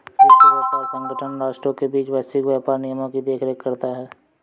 विश्व व्यापार संगठन राष्ट्रों के बीच वैश्विक व्यापार नियमों की देखरेख करता है